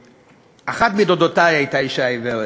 אחת מדודותי הייתה אישה עיוורת.